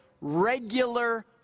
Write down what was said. regular